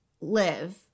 live